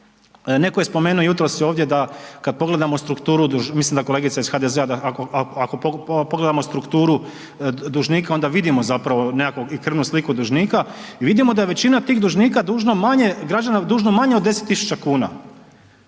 Netko je spomenuo jutros ovdje da, kad pogledamo strukturu, mislim da kolegica iz HDZ-a, da ako pogledamo strukturu dužnika, onda vidimo zapravo i krvnu sliku dužnika i vidimo da većina tih dužnika dužna manje građana